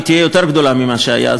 והיא תהיה יותר גדולה ממה שהיה,